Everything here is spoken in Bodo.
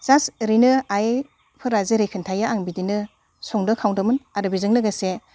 जास्ट ओरैनो आइफोरा जेरै खोन्थायो आं बिदिनो संदो खावदोमोन आरो बेजों लोगोसे